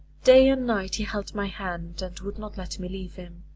day and night he held my hand, and would not let me leave him.